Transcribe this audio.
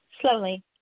slowly